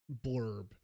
blurb